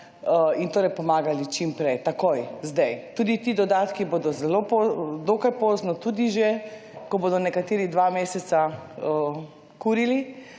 in torej pomagali čim prej takoj. Sedaj tudi ti dodatki bodo dokaj pozno tudi že, ko bodo nekateri dva meseca kurili